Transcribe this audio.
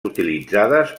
utilitzades